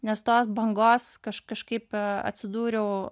nes tos bangos kaž kažkaip atsidūriau